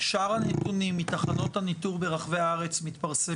הנתונים מתחנות הניטור ברחבי הארץ מתפרסמים?